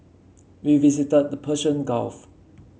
we visited the Persian Gulf